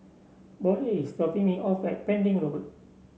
Bode is dropping me off at Pending Road